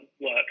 work